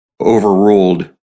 overruled